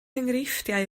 enghreifftiau